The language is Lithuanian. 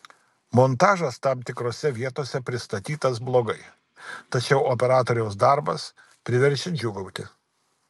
montažas tam tikrose vietose pristatytas blogai tačiau operatoriaus darbas priverčia džiūgauti